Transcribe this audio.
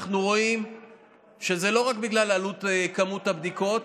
אנחנו רואים שזה לא רק בגלל כמות הבדיקות,